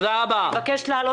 אני מבקשת להעלות את זה.